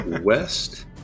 west